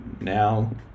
now